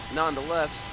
nonetheless